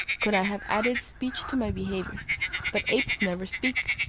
could i have added speech to my behaviour but apes never speak,